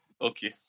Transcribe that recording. Okay